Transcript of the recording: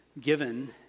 given